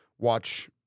watch